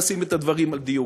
צריך לשים את הדברים על דיוקם.